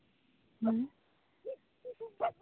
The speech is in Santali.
ᱦᱩᱸ